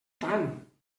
tant